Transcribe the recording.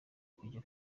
kujya